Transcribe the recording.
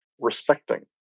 respecting